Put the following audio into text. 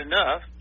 enough